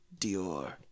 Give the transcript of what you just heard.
Dior